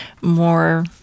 more